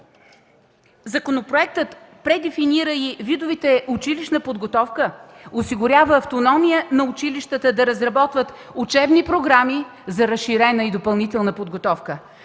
Законопроектът предефинира и видовете училищна подготовка, осигурява автономия на училищата да разработват учебни програми за разширена и допълнителна подготовка.